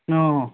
ꯑꯣ